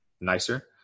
nicer